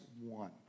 one